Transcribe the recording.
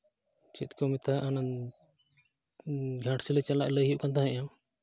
ᱪᱮᱫ ᱠᱚ ᱢᱮᱛᱟᱜᱼᱟ ᱜᱷᱟᱴᱥᱤᱞᱟᱹ ᱪᱟᱞᱟᱜ ᱞᱟᱹᱭ ᱦᱩᱭᱩᱜ ᱠᱟᱱ ᱛᱟᱦᱮᱸᱜᱼᱟ